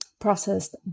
processed